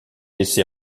laissé